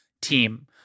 team